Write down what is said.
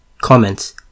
Comments